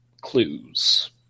clues